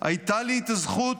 הייתה לי הזכות,